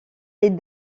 les